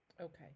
Okay